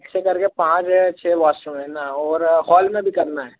वैसे करके पाँच छः वासरूम है न ओर हाल में भी करना है